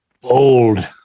bold